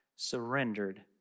surrendered